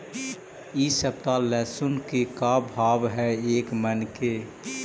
इ सप्ताह लहसुन के का भाव है एक मन के?